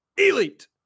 elite